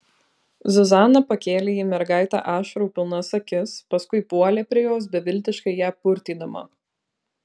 zuzana pakėlė į mergaitę ašarų pilnas akis paskui puolė prie jos beviltiškai ją purtydama